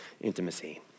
intimacy